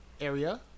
area